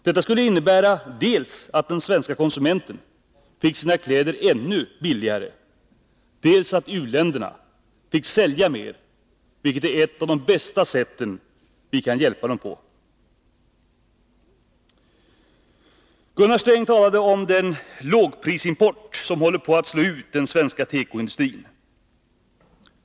Detta skulle innebära dels att den svenska konsumenten fick sina kläder ännu billigare, dels att u-länderna fick sälja mer, vilket är ett av de bästa sätten som vi kan hjälpa u-länderna på. Gunnar Sträng talade om den lågprisimport som håller på att slå ut den svenska tekoindustrin.